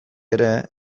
ere